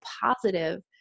positive